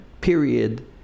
period